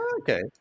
okay